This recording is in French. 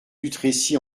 dutrécy